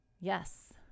Yes